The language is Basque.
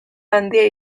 handia